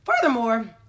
Furthermore